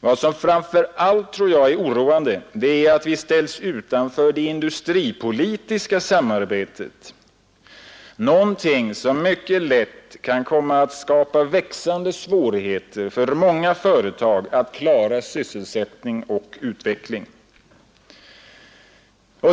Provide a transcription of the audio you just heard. Vad som framför allt är oroande är att vi ställs utanför det industripolitiska samarbetet, något som mycket lätt kan komma att skapa växande svårigheter för många företag att klara sysselsättning och utveckling.